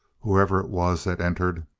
whoever it was that entered,